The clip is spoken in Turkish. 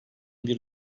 bir